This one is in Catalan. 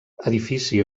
edifici